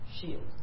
shield